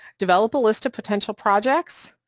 develop a list of potential projects,